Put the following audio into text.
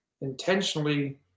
intentionally